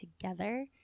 together